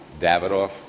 Davidoff